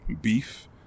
beef